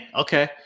okay